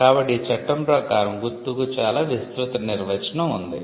కాబట్టి ఈ చట్టం ప్రకారం 'గుర్తుకు' చాలా విస్తృత నిర్వచనం ఉంది